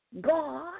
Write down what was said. God